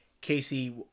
Casey